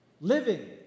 Living